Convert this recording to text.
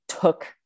took